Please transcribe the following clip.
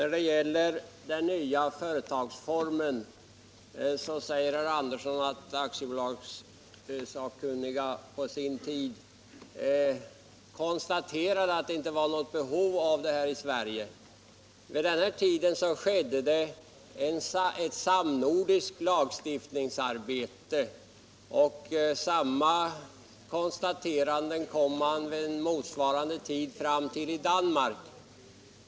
Beträffande den nya företagsformen sade Lennart Andersson att aktiebolagssakkunniga på sin tid konstaterade att det inte förelåg något behov här i Sverige. Vid denna tidpunkt ägde det rum ett samnordiskt lagstiftningsarbete. Samma konstaterande gjorde man vid motsvarande tid i Danmark.